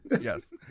Yes